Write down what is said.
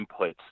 inputs